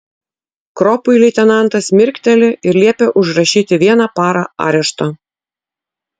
kropui leitenantas mirkteli ir liepia užrašyti vieną parą arešto